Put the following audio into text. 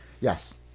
Yes